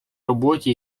роботі